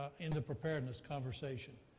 ah in the preparedness conversation.